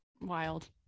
wild